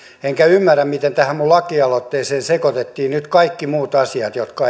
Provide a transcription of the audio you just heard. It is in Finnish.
enkä ymmärrä miten tähän minun lakialoitteeseeni sekoitettiin nyt nämä kaikki muut asiat jotka